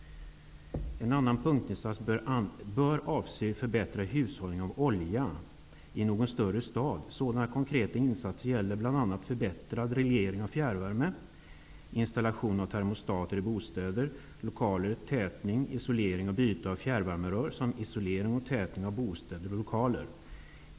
En annan punktinsats bör avse förbättrad hushållning av olja i någon större stad. Sådana konkreta insatser gäller bl.a. förbättrad reglering av fjärrvärme, installation av termostater i bostäder och lokaler, tätning, isolering och byte av fjärrvärmerör samt isolering och tätning av bostäder och lokaler.